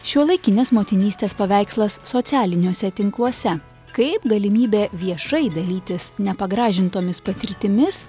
šiuolaikinės motinystės paveikslas socialiniuose tinkluose kaip galimybė viešai dalytis nepagražintomis patirtimis